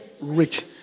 rich